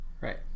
Right